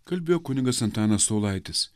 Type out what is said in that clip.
kalbėjo kunigas antanas saulaitis